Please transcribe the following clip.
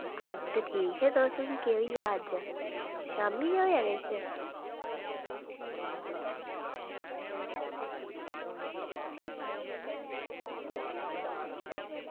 अज्ज ते ठीक तुस केह् होइया अज्ज शामीं होया किश